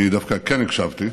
אני דווקא כן הקשבתי.